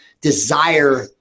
desire